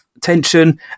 tension